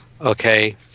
Okay